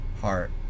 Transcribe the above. heart